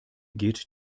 geht